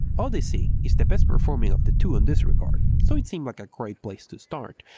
odyssey is the best performing of the two on this regard, so it seemed like a great place to start.